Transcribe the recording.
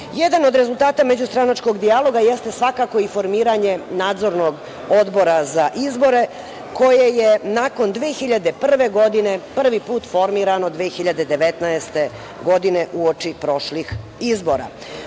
od rezultata međustranačkog dijaloga jeste svakako i formiranje Nadzornog odbora za izbore koje je nakon 2001. godine prvi put formirano 2019. godine u oči prošlih izbora.